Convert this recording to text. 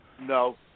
No